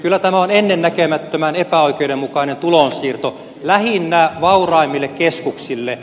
kyllä tämä on ennennäkemättömän epäoikeudenmukainen tulonsiirto lähinnä vauraimmille keskuksille